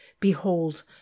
Behold